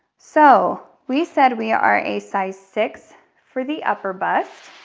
so we said we are a size six for the upper bust.